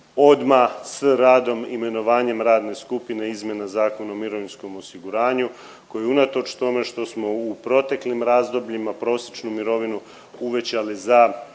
odmah s radom imenovanjem radne skupine je izmjena Zakona o mirovinskom osiguranju koji unatoč tome što smo u proteklim razdobljima prosječnu mirovinu uvećali za